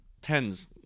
tens